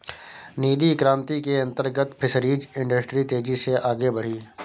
नीली क्रांति के अंतर्गत फिशरीज इंडस्ट्री तेजी से आगे बढ़ी